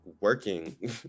working